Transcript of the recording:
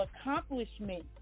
accomplishment